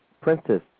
Princess